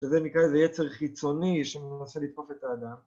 שזה נקרא איזה יצר חיצוני שמנסה לדחוף את האדם.